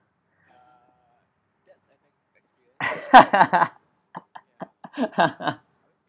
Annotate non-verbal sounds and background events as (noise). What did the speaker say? (laughs)